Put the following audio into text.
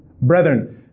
Brethren